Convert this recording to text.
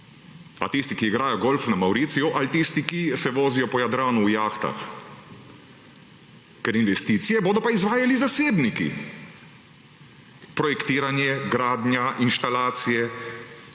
A tisti, ki igrajo golf na Mavriciju ali tisti, ki se vodijo po Jadranu v jahtah? Ker investicije bodo pa izvajali zasebniki - projektiranje, gradnja, inštalacije